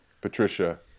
Patricia